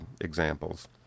examples